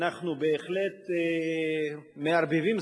אנחנו בהחלט מערבבים,